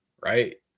right